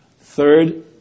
third